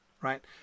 Right